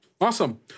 Awesome